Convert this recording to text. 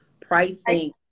pricing